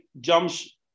jumps